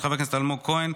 של חבר הכנסת אלמוג כהן,